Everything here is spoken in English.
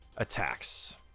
Attacks